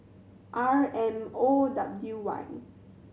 R M O W Y